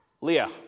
Leah